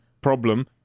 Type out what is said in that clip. problem